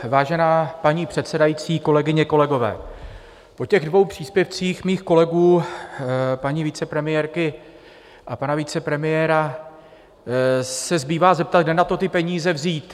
Vážená paní předsedající, kolegyně, kolegové, po dvou příspěvcích mých kolegů paní vicepremiérky a pana vicepremiéra se zbývá zeptat, kde na to ty peníze vzít.